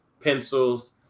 pencils